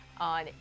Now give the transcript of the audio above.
on